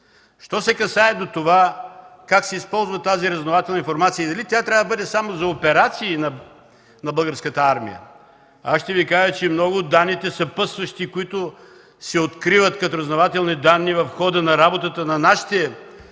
Що се касае до това как се използва тази разузнавателна информация и дали тя трябва да бъде само за операции на българската армия ще Ви кажа, че много от данните съпътстващи, които се откриват като разузнавателни данни в хода на работата на нашите